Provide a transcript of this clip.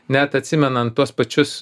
net atsimenant tuos pačius